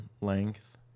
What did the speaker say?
length